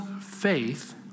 faith